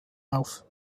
auf